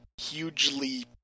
hugely